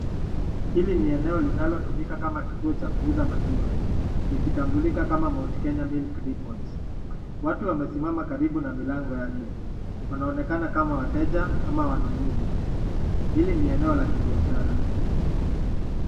Hili ni eneo linalotumika kama kituo cha kuuza maziwa, likitambulika kama Mount Kenya Milk Depot . Watu wamesimama karibu na milango yake. Wanaonekana kama wateja ama wanunuzi. Hili ni eneo la kibiashara.